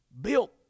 built